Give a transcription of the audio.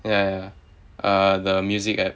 ya uh the music application